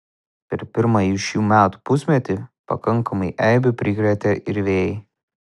per pirmąjį šių metų pusmetį pakankamai eibių prikrėtė ir vėjai